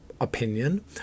opinion